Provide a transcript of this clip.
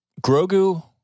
Grogu